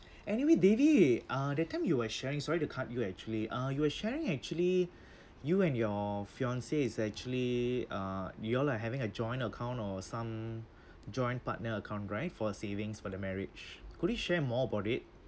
anyway devi uh that time you were sharing sorry to cut you actually uh you were sharing actually you and your fiance is actually uh you all are having a joint account or some joint partner account right for savings for the marriage could you share more about it